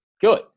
good